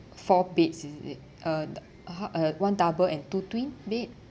four beds is it uh the how uh one double and two twin bed